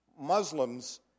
Muslims